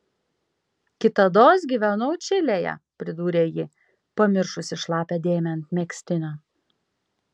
kitados gyvenau čilėje pridūrė ji pamiršusi šlapią dėmę ant megztinio